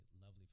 lovely